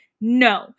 no